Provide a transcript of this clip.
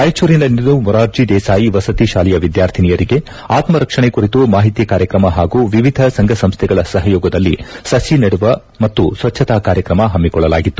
ರಾಯಚೂರಿನಲ್ಲಿಂದು ಮೊರಾರ್ಜಿ ದೇಸಾಯಿ ವಸತಿ ಶಾಲೆಯ ವಿದ್ವಾರ್ಥಿನಿಯರಿಗೆ ಆತ್ತರಕ್ಷಣೆ ಕುರಿತು ಮಾಹಿತಿ ಕಾರ್ಯಕ್ರಮ ಹಾಗೂ ವಿವಿಧ ಸಂಘ ಸಂಸ್ಥೆಗಳ ಸಹಯೋಗದಲ್ಲಿ ಸು ನೆಡುವ ಮತ್ತು ಸ್ವಚ್ಛತಾ ಕಾರ್ಯಕ್ರಮ ಹಮ್ಸಿಕೊಳ್ಳಲಾಗಿತ್ತು